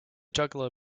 juggler